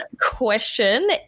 question